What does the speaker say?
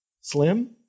Slim